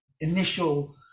initial